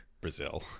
Brazil